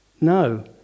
no